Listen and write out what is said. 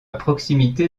proximité